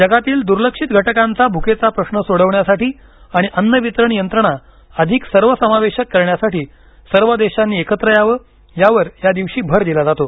जगातील दुलर्क्षित घटकांचा भुकेचा प्रश्न सोडवण्यासाठी आणि अन्न वितरण यंत्रणा अधिक सर्वसमावेशक करण्यासाठी सर्व देशांनी एकत्र यावं यावर यादिवशी भर दिला जातो